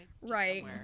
Right